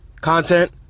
Content